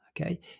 Okay